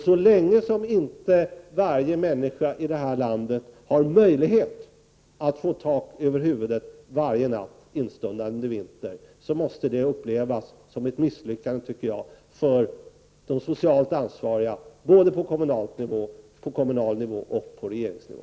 Så länge som inte varje människa i det här landet har möjlighet att få tak över huvudet varje natt instundande vinter, måste det, tycker jag, upplevas som ett misslyckande för de socialt ansvariga både på kommunnivå och på regeringsnivå.